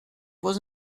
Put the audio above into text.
was